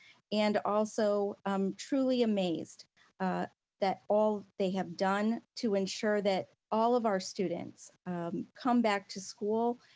and also um truly amazed that all they have done to ensure that all of our students come back to school,